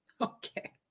Okay